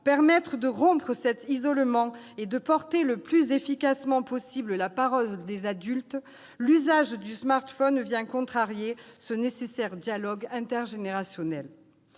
permettre de rompre cet isolement et de porter le plus efficacement possible la parole des adultes, l'usage du smartphone vient contrarier ce nécessaire dialogue intergénérationnel.